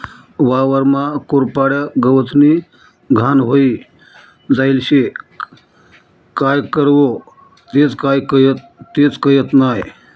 वावरमा कुरपाड्या, गवतनी घाण व्हयी जायेल शे, काय करवो तेच कयत नही?